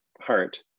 heart